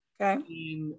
okay